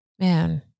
Man